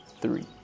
three